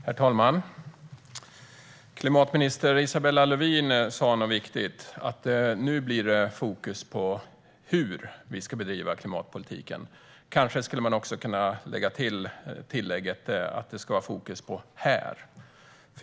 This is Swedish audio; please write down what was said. Herr talman! Klimatminister Isabella Lövin sa något viktigt: att nu blir det fokus på hur vi ska bedriva klimatpolitiken. Kanske skulle man också kunna lägga till att det ska vara fokus på här .